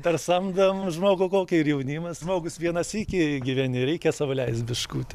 dar samdom žmogų kokį ir jaunimas žmogus vieną sykį gyveni reikia sau leist biškutį